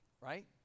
right